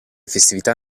festività